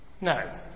No